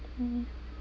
mm